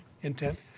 intent